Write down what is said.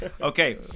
Okay